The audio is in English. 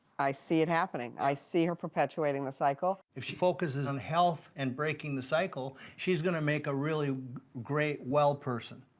i see it happening. i see her perpetuating the cycle. if she focuses on health and breaking the cycle, she's gonna make a really great well person,